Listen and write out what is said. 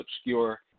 obscure